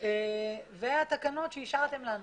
אלה התקנות שאישרתם לנו.